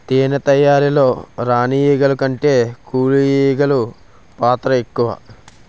తేనె తయారీలో రాణి ఈగల కంటే కూలి ఈగలు పాత్ర ఎక్కువ